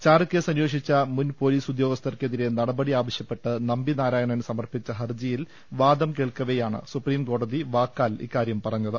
ചാരക്കേസ് അന്വേഷിച്ച മുൻപൊലീസ് ഉദ്യോഗസ്ഥർക്കെ തിരെ നടപടി ആവശ്യപ്പെട്ട് നമ്പിനാരായണൻ സമർപ്പിച്ച ഹർജിയിൽ വാദം കേൾക്കവെയാണ് സുപ്രീംകോടതി വാക്കാൽ ഇക്കാര്യം പറഞ്ഞത്